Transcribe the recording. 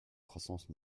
croissance